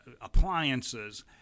appliances